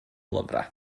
lyfrau